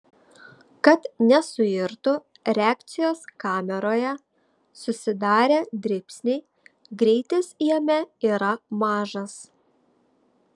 kad nesuirtų reakcijos kameroje susidarę dribsniai greitis jame yra mažas